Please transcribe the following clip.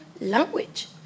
language